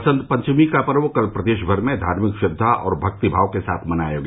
बसंत पंचमी का पर्व कल प्रदेशमर में धार्मिक श्रद्वा और भक्तिभाव के साथ मनाया गया